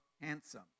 handsome